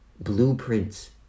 blueprints